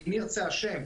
אם ירצה השם,